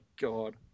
god